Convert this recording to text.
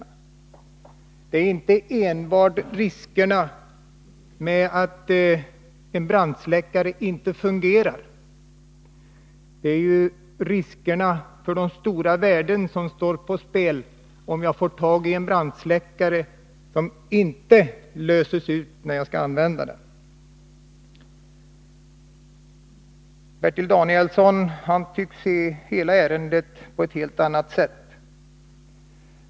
; Vad vi här har att beakta är inte enbart riskerna med att en handbrandsläckare i och för sig inte fungerar utan även de stora värden som står på spel, om en handbrandsläckare inte utlöses när man skall använda den. Bertil Danielsson tycks uppfatta ärendet på ett helt annat sätt.